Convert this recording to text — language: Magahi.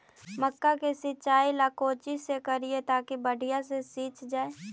मक्का के सिंचाई ला कोची से करिए ताकी बढ़िया से सींच जाय?